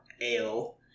ale